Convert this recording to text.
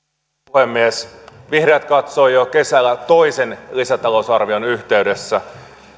puhemies vihreät katsoivat jo kesällä toisen lisätalousarvion yhteydessä